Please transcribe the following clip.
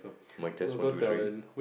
mic test one two three